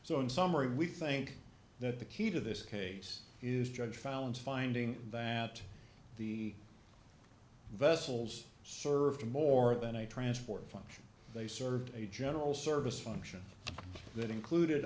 so in summary we think that the key to this case is judge found finding that the vessels served more than a transport function they serve a general service function that included